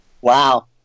Wow